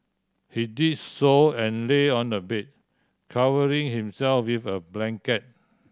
he did so and lay on the bed covering himself with a blanket